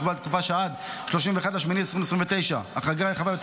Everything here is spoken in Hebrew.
לקבוע לתקופה שעד 31 באוגוסט 2029 החרגה רחבה יותר